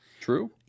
True